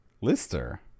Lister